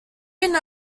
unit